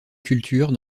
culture